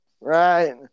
Right